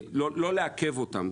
או לא לעכב אותם,